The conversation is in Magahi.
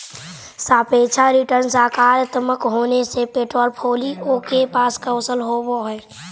सापेक्ष रिटर्न सकारात्मक होने से पोर्ट्फोलीओ के पास कौशल होवअ हई